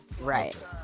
Right